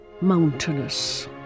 mountainous